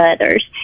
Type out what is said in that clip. others